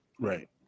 right